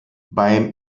beim